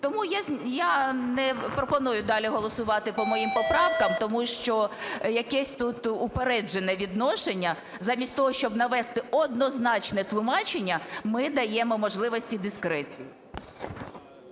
Тому я не пропоную далі голосувати по моїм поправкам. Тому що якесь тут упереджене відношення. Замість того, щоб навести однозначне тлумачення, ми даємо можливості дискреції.